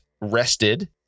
rested